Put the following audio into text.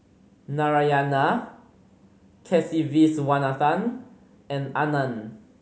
Narayana Kasiviswanathan and Anand